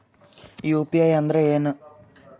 UPI ಅಂದ್ರೆ ಏನು?